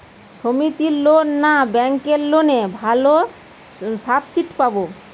সমিতির লোন না ব্যাঙ্কের লোনে ভালো সাবসিডি পাব?